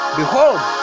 behold